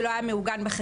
זה לא היה מעוגן בחקיקה.